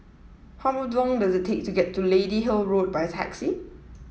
how long does it take to get to Lady Hill Road by taxi